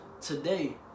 Today